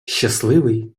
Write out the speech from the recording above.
щасливий